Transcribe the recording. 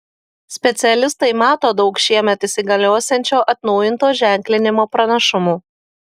specialistai mato daug šiemet įsigaliosiančio atnaujinto ženklinimo pranašumų